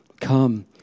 come